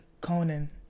Conan